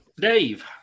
Dave